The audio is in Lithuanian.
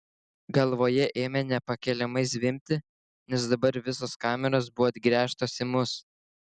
galvoje ėmė nepakeliamai zvimbti nes dabar visos kameros buvo atgręžtos į mus